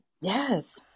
Yes